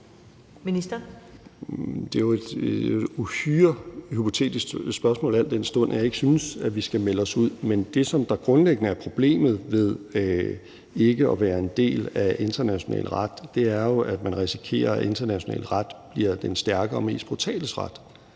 Det er jo et uhyre hypotetisk spørgsmål, al den stund jeg ikke synes vi skal melde os ud. Men det, som grundlæggende er problemet ved ikke at være en del af international ret, er jo, at man risikerer, at international ret bliver den stærkes og mest brutales ret,